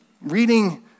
reading